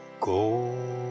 Go